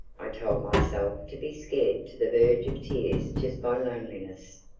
i told myself, to be scared to the verge of tears just by loneliness!